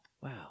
Wow